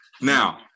Now